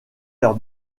leur